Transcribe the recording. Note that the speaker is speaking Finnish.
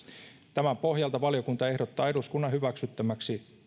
tämän pohjalta valiokunta ehdottaa eduskunnan hyväksyttäväksi